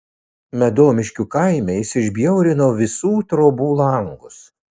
medomiškių kaime jis išbjaurino visų trobų langus